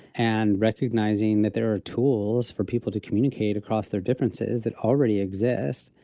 and recognizing that there are tools for people to communicate across their differences that already exist.